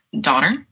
daughter